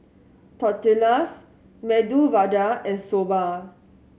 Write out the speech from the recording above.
Tortillas Medu Vada and Soba